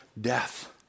death